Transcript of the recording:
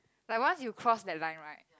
like once you cross that line right